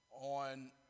on